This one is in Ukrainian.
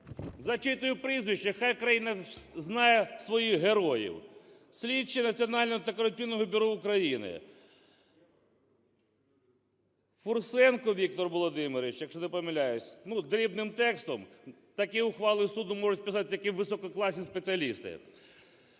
зачитую прізвища, хай країна знає своїх "героїв". Слідчі Національного антикорупційного бюро України:Фурсенко Віктор Володимирович, якщо не помиляюсь, ну, дрібним текстом такі ухвали суду можуть писати тільки висококласні спеціалісти;